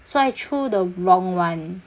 so I threw the wrong one